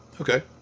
Okay